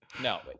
No